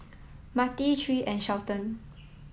Matie Tre and Shelton